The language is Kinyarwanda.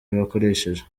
bakoresheje